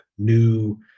new